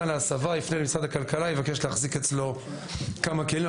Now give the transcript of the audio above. להסבה הוא יפנה למשרד הכלכלה ויבקש להחזיק אצלו כמה כלים,